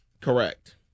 Correct